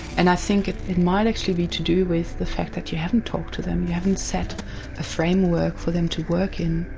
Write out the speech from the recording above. and i think it might actually be to do with the fact that you haven't talked to them, you haven't set a framework for them to work in.